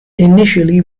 initially